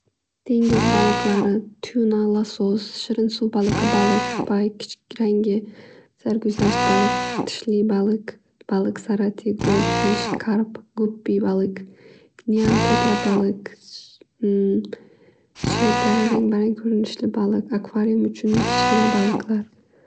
Dengiz baliqlari, tuna, lasos, shirin suv baliqi, baliq pay kichik rangi, sarguzasht baliq, tishli baliq, srati, gold fish, karb gubbi baliq niontetra baliq, suyaklari rangbarang ko'rinadigan baliq, akvarium uchun kichkina baliqlar.